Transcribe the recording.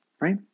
right